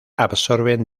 absorben